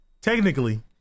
Technically